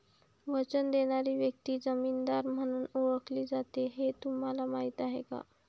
वचन देणारी व्यक्ती जामीनदार म्हणून ओळखली जाते हे तुम्हाला माहीत आहे का?